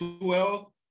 twelve